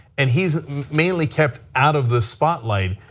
and he has mainly kept out of the spotlight,